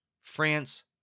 France